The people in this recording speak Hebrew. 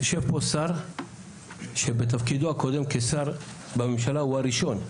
יושב פה שר שבתפקידו הקודם בממשלה הוא הראשון,